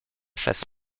przez